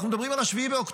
אנחנו מדברים על 7 באוקטובר?